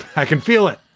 i can feel it.